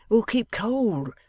will keep cold,